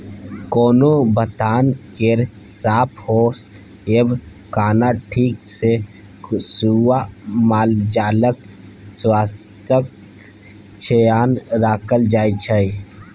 कोनो बथान केर साफ होएब, खाना ठीक सँ खुआ मालजालक स्वास्थ्यक धेआन राखल जाइ छै